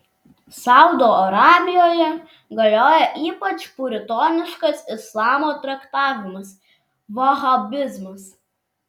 saudo arabijoje galioja ypač puritoniškas islamo traktavimas vahabizmas